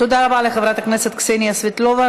תודה רבה לחברת הכנסת קסניה סבטלובה.